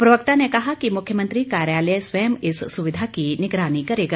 प्रवक्ता ने कहा कि मुख्यमंत्री कार्यालय स्वयं इस सुविधा की निगरानी करेगा